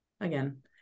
again